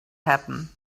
happen